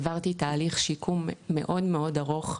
עברתי תהליך שיקום מאוד מאוד ארוך,